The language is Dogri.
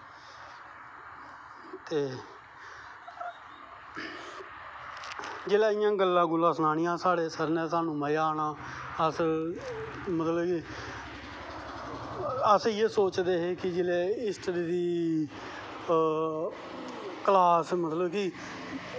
ते जिसलै इयां गल्लां गुल्लां सनानियां साढ़े सर नै ते स्हानू मज़ा आना अस मतलव के अस इयै सोचदे हे कि जिसलै हिस्ट्री दी क्लास मतलव कि